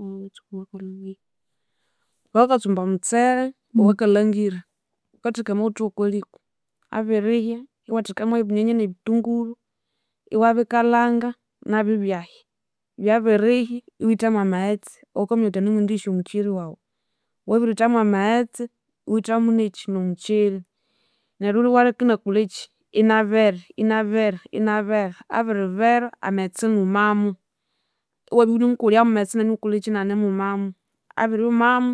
Oho wutsuke owakalhangire, wuka wukatsumba omutsele owakalhangire, wukatheka amaghutha wokwalhiko abirihya iwathekamu mwebinyanya nebithunguru iwabikalhanga nabyu ibyahya, byabirihya iwuthamu amaghetse awawukaminya wuthi anemwendighisya omukyeri wawu, wabiryutha mwamaghetse iwuthamu nekyi iwuthamu nomukyeri neryu olya iwalheka inakolhekyi inabera, inabera, inabera abiribera amaghetse inumamu, iwabya iwunemukolhyamu amaghetse inakolhekyi inanemumamu, abiryumamu